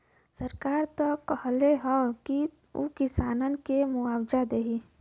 सरकार त कहले हौ की उ किसानन के मुआवजा देही